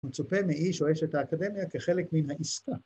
‫מצופה מאיש או אשת האקדמיה ‫כחלק מן העסקה.